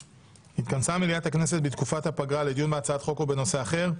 4. התכנסה מליאת הכנסת בתקופת הפגרה לדיון בהצעת חוק או בנושא אחר,